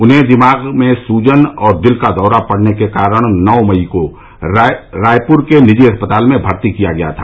उन्हें दिमाग में सूजन और दिल का दौरा पड़ने के कारण नौ मई को रायपुर के निजी अस्पताल में भर्ती किया गया था